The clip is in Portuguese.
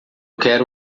quero